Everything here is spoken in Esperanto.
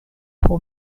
pro